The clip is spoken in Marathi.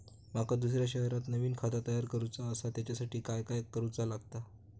माका दुसऱ्या शहरात नवीन खाता तयार करूचा असा त्याच्यासाठी काय काय करू चा लागात?